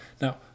Now